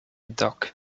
dock